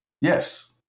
Yes